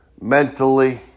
mentally